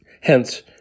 Hence